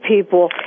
people